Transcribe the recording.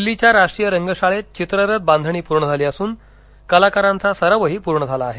दिल्लीच्या राष्ट्रीय रंगशाळेत चित्ररथ बांधणी पूर्ण झाली असून कलाकारांचा सरावही पूर्ण झाला आहे